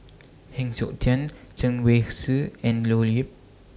Heng Siok Tian Chen Wen Hsi and Leo Yip